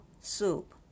soup